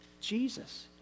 Jesus